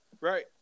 Right